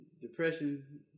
depression